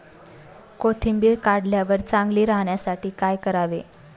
कोथिंबीर काढल्यावर चांगली राहण्यासाठी काय करावे?